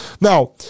Now